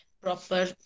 proper